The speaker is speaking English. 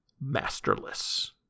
Masterless